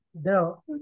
no